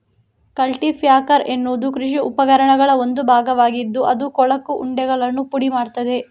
culti packer ಎನ್ನುವುದು ಕೃಷಿ ಉಪಕರಣಗಳ ಒಂದು ಭಾಗವಾಗಿದ್ದು ಅದು ಕೊಳಕು ಉಂಡೆಗಳನ್ನು ಪುಡಿ ಮಾಡುತ್ತದೆ